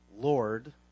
Lord